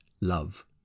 love